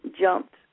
jumped